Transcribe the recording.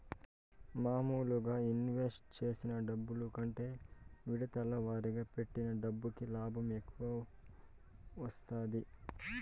మాములుగా ఇన్వెస్ట్ చేసిన డబ్బు కంటే విడతల వారీగా పెట్టిన డబ్బుకి లాభం ఎక్కువ వత్తాది